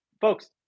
folks